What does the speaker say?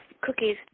cookies